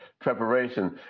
preparation